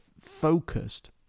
focused